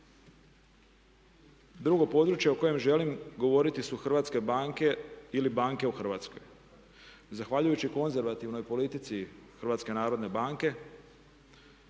Drugo, područje o kojem želim govoriti su hrvatske banke ili banke u Hrvatskoj. Zahvaljujući konzervativnoj politici HNB-a možemo